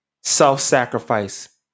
Self-sacrifice